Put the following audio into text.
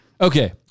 Okay